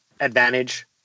Advantage